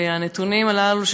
והנתונים הללו,